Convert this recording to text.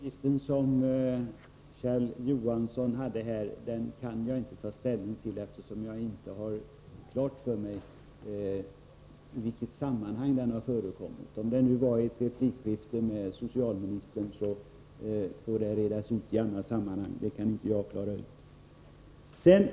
Fru talman! Den sista uppgiften som Kjell Johansson nämnde kan jag inte ta ställning till, eftersom jag inte har klart för mig i vilket sammanhang den har förekommit. Om det var i ett replikskifte med socialministern, får det redas ut i annat sammanhang; det kan inte jag klara ut.